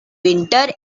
winter